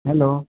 hello